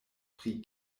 pri